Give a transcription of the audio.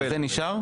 לא.